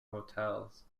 hotels